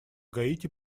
гаити